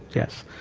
yes,